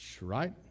right